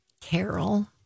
Carol